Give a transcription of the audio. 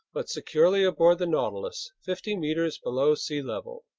but securely aboard the nautilus, fifty meters below sea level.